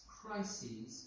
crises